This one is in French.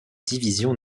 division